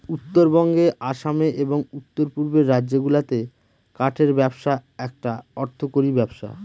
উত্তরবঙ্গে আসামে এবং উত্তর পূর্বের রাজ্যগুলাতে কাঠের ব্যবসা একটা অর্থকরী ব্যবসা